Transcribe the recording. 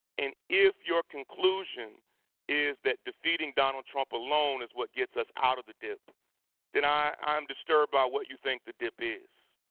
and if your conclusion is that defeating donald trump, alone, is what gets us out of the dip then i am disturbed by what you think the dip is.